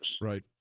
right